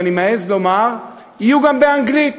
ואני מעז לומר יהיו גם באנגלית,